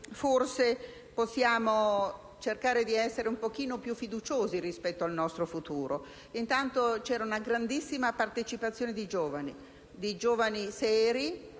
forse possiamo cercare di essere un pochino più fiduciosi rispetto al nostro futuro. Intanto c'era una grandissima partecipazione di giovani seri